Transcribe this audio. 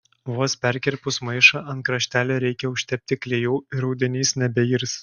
vos perkirpus maišą ant kraštelio reikia užtepti klijų ir audinys nebeirs